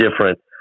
different